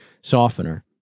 softener